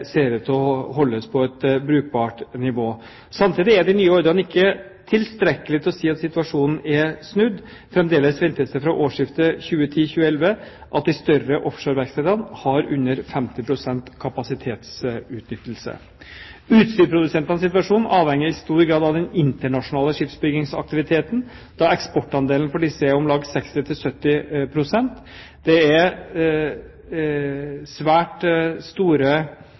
ut til å holdes på et brukbart nivå. Samtidig er de nye ordrene ikke tilstrekkelig til å si at situasjonen er snudd. Fremdeles ventes det fra årsskiftet 2010/2011 at de større offshoreverkstedene har under 50 pst. kapasitetsutnyttelse. Utstyrsprodusentenes situasjon avhenger i stor grad av den internasjonale skipsbyggingsaktiviteten, da eksportandelen for disse er om lag 60–70 pst. Det er svært store